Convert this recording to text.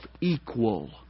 equal